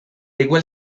igual